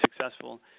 successful